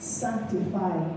sanctify